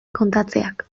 kontatzeak